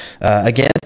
again